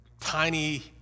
tiny